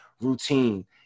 routine